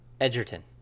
Edgerton